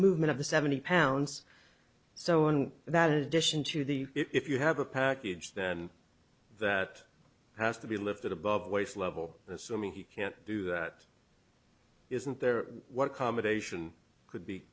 movement of the seventy pounds so on that in addition to the if you have a package then that has to be lifted above waist level assuming he can't do that isn't there what combination could be